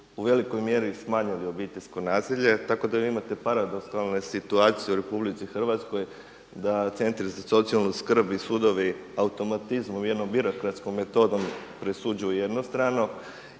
u velikoj mjeri smanjili obiteljsko nasilje, tako da vi imate paradoksalne situacije u Republici Hrvatskoj da centri za socijalnu skrb i sudovi automatizmom, jednom birokratskom metodom presuđuju jednostrano